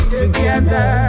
together